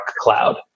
cloud